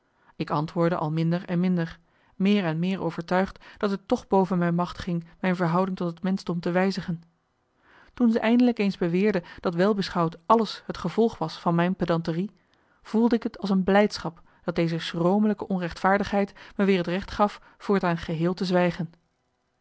ik antwoordde al minder en minder meer en meer overtuigd dat het toch boven mijn macht ging mijn verhouding tot het menschdom te wijzigen toen ze eindelijk eens beweerde dat wel beschouwd alles het gevolg was van mijn pedanterie voelde ik t als een blijdschap dat deze marcellus emants een nagelaten bekentenis schromelijke onrechtvaardigheid me weer het recht gaf voortaan geheel te zwijgen